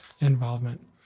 involvement